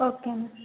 okay ma'am